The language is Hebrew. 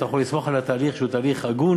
אתה יכול לסמוך על התהליך שהוא תהליך הגון,